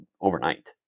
overnight